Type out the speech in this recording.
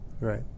right